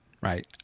right